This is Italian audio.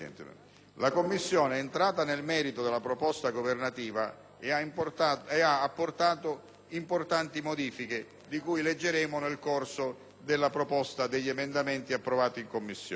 La Commissione è entrata nel merito della proposta governativa e ha apportato importanti modifiche che affronteremo nel corso dell'esame degli emendamenti approvati in Commissione.